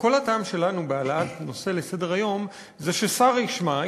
כל הטעם שלנו בהעלאת נושא לסדר-היום זה ששר ישמע,